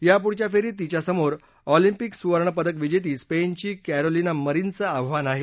यापुढच्या फेरीत तिच्या समोर ऑलिंपिक सुवर्णपदक विजेती स्पेनची कॅरोलिना मरीनचं आव्हान आहे